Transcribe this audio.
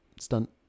Stunt